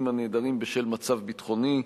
הנעדרים ממקומות עבודתם בשל מצב ביטחוני,